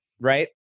Right